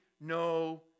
no